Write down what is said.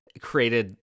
created